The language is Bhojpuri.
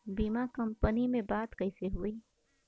बीमा कंपनी में बात कइसे होई?